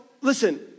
listen